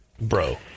Bro